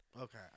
Okay